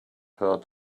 heard